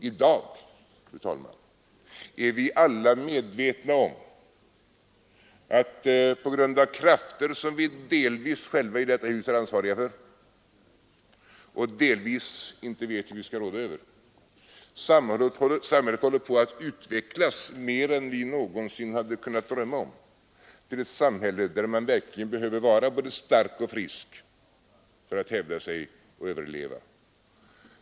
I dag är vi alla medvetna om att på grund av krafter som vi delvis själva i detta hus är ansvariga för och delvis inte vet hur vi skall råda över håller samhället på att utvecklas mer än vi någonsin hade kunnat drömma om till ett samhälle där man verkligen behöver vara både stark och frisk för att hävda sig och överleva.